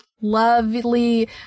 lovely